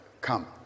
come